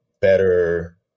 better